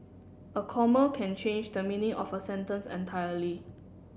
a comma can change the meaning of a sentence entirely